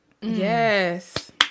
Yes